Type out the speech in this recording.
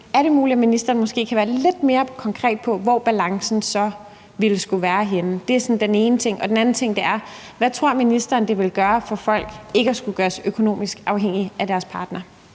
Er det muligt, at ministeren måske kan være lidt mere konkret, med hensyn til hvor balancen så ville skulle være? Det er den ene ting. Den anden ting er: Hvad tror ministeren det vil betyde for folk ikke at skulle gøres økonomisk afhængig af deres partner?